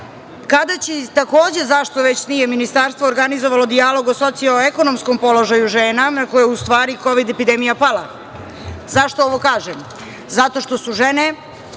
kada će i takođe zašto već nije Ministarstvo organizovalo dijalog o socijalno ekonomskom položaju žena, na koji je u stvari kovid epidemija pala? Zašto ovo kažem? Zato što su žene,